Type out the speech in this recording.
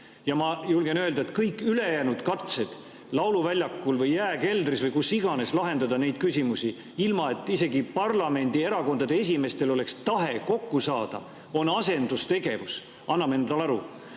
Ma julgen öelda, et kõik ülejäänud katsed lauluväljakul või jääkeldris või kus iganes lahendada neid küsimusi, ilma et isegi parlamendierakondade esimeestel oleks tahe kokku saada, on asendustegevus, anname endale aru.